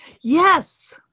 Yes